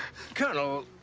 colonel,